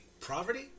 Poverty